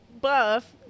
buff